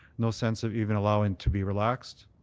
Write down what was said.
no sense of even allowing it to be relaxed?